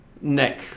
neck